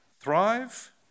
thrive